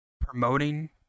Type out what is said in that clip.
promoting